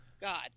God